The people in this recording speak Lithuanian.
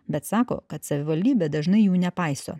bet sako kad savivaldybė dažnai jų nepaiso